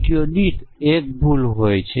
તેઓ આ રીતે પ્રોગ્રામ લખતા નથી